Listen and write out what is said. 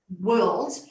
world